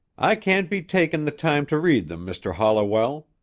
i can't be takin' the time to read them, mr. holliwell,